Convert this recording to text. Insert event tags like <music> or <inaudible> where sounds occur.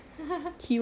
<laughs>